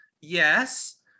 yes